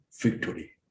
victory